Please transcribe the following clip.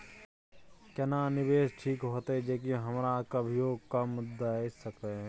केना निवेश ठीक होते जे की हमरा कभियो काम दय सके?